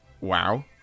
Wow